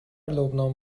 لبنان